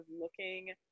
looking